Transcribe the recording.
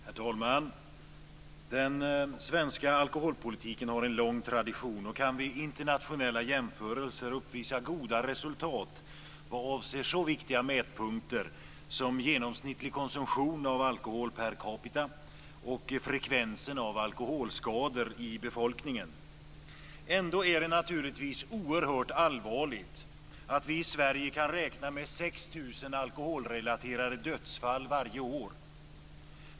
Herr talman! Den svenska alkoholpolitiken har en lång tradition och kan vid internationella jämförelser uppvisa goda resultat vad avser så viktiga mätpunkter som genomsnittlig konsumtion av alkohol per capita och frekvensen av alkoholskador i befolkningen. Ändå är det naturligtvis oerhört allvarligt att vi i Sverige kan räkna med 6 000 alkoholrelaterade dödsfall varje år.